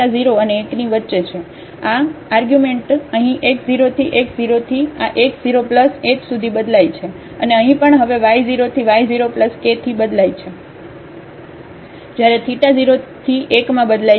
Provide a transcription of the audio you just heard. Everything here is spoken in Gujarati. આ આર્ગ્યુમેન્ટ અહીં x 0 થી x 0 થી આ x 0 h સુધી બદલાય છે અને અહીં પણ હવે y 0 થી y 0 k થી બદલાય છે જ્યારે θ 0 થી 1 માં બદલાય છે